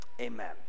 Amen